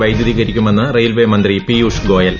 വൈദ്യുതീകരിക്കുമെന്ന് railway മന്ത്രി പീയൂഷ് ഗോയൽ